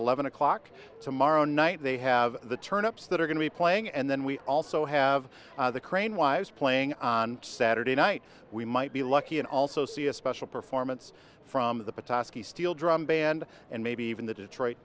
eleven o'clock tomorrow night they have the turn ups that are going to be playing and then we also have the crane wives playing on saturday night we might be lucky and also see a special performance from the pitofsky steel drum band and maybe even the detroit